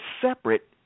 separate